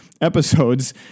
episodes